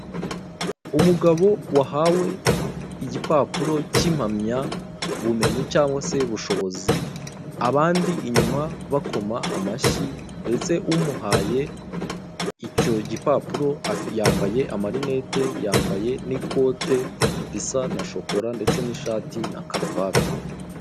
Umugabo wahawe igipapuro k'impamyabumenyi cyangwa se bushobozi abandi inyuma bakoma amashyi ndetse umuhaye icyo gipapuro yambaye amalinete yambaye n'ikote risa na shokora ndetse n'ishati na kaluvati.